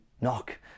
Knock